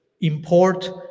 import